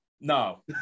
No